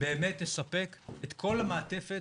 באמת תספק את כל המעטפת